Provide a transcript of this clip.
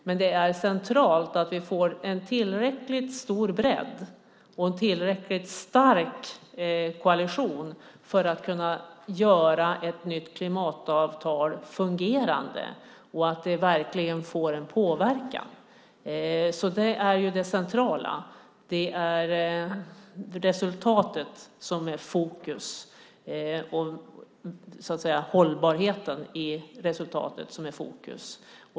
Men det är centralt att vi får en tillräckligt stor bredd och en tillräckligt stark koalition för att kunna göra ett nytt klimatavtal fungerande så att det verkligen ger påverkan. Det är det centrala. Det är resultatet och hållbarheten i resultatet som står i fokus.